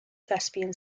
thespian